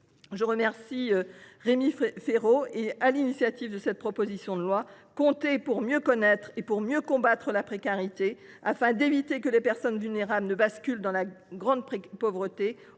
Je remercie Rémi Féraud d’avoir pris l’initiative de cette proposition de loi. Il faut compter pour mieux connaître et pour mieux combattre la précarité, et ainsi éviter que les personnes vulnérables ne basculent dans la grande pauvreté,